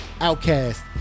Outcast